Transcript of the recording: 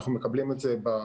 אנחנו מקבלים את זה במרלו"ג,